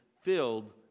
filled